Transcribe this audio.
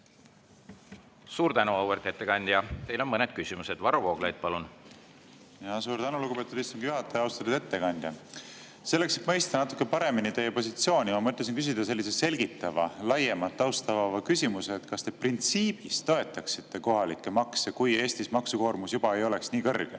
Suur tänu, auväärt ettekandja! Teile on mõned küsimused. Varro Vooglaid, palun! Suur tänu, lugupeetud istungi juhataja! Austatud ettekandja! Selleks, et mõista natuke paremini teie positsiooni, ma mõtlesin küsida sellise selgitava, laiema, taustavaba küsimuse. Kas te printsiibis toetaksite kohalikke makse, kui maksukoormus Eestis juba ei oleks nii kõrge? Ja